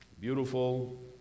beautiful